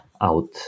out